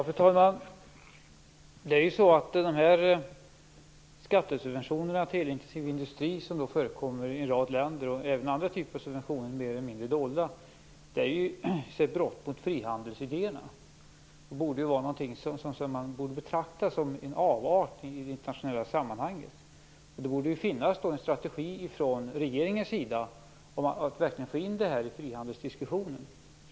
Fru talman! De skattesubventioner till elintensiv industri som förekommer i en rad länder, och även andra typer av mer eller mindre dolda subventioner är brott mot frihandelsideerna och något som man borde betrakta som en avart i det internationella sammanhanget. Det borde finnas en strategi från regeringens sida om att verkligen få in detta i frihandelsdiskussionen.